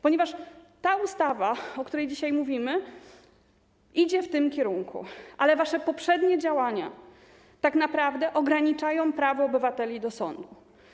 Ponieważ ta ustawa, o której dzisiaj mówimy, idzie w tym kierunku, ale wasze poprzednie działania tak naprawdę ograniczają prawo obywateli do sądu.